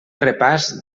repàs